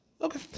Okay